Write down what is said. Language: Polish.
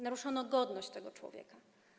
Naruszono godność tego człowieka.